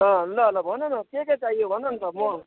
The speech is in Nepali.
अँ ल ल भन न के के चाहियो भन न त म